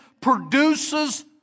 produces